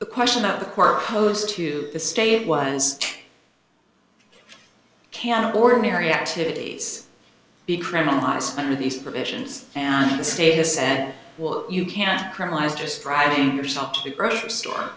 the question of the court posed to the state was can a ordinary activities be criminalized under these provisions and the state has said will you can't criminalize just driving yourself to the grocery store